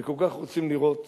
וכל כך רוצים לראות